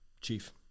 Chief